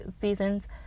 seasons